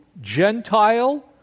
Gentile